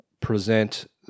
present